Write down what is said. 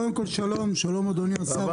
קודם כול שלום, שלום אדוני השר,